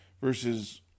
versus